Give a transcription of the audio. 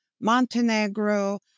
Montenegro